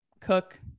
cook